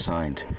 Signed